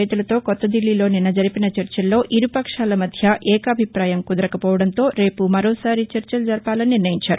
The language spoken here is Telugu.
రైతులతో కొత్తదిల్లీలో నిన్న జరిపిన చర్చల్లో ఇరుపక్షాల మధ్య ఏకాభిప్రాయం కుదరకపోవడంతో రేపు మరోసారి చర్చలు జరపాలని నిర్ణయించారు